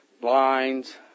blinds